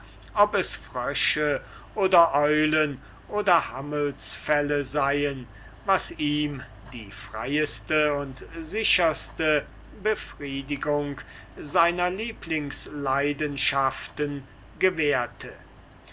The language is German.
ob es frösche oder eulen oder hammelsfelle seien was ihm die freieste und sicherste befriedigung seiner lieblingsleidenschaften gewährte